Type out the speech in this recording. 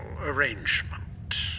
arrangement